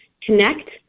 connect